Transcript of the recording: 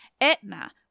Etna